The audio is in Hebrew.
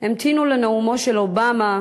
המתינו לנאומו של אובמה,